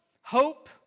Hope